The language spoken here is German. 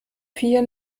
vier